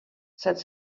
said